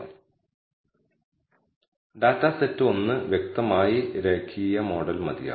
അതിനാൽ β̂1 β1 നുള്ള confidence interval 0 ഉൾപ്പെടുത്തിയാൽ 2 വഴികളിലൂടെ നമുക്ക് നൾ ഹൈപോതെസിസ് നിരസിക്കാൻ കഴിയും